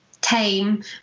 time